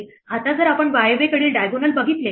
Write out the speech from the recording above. आता जर आपण वायव्येकडील diagonal बघितले तर